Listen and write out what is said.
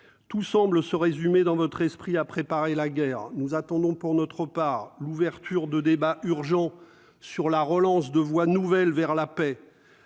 tout semble se résumer dans notre esprit à préparer la guerre nous attendons pour notre part, l'ouverture de débat urgent sur la relance de voies nouvelles vers la paix,